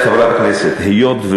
זה לא,